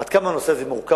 עד כמה הנושא הזה מורכב,